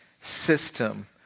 system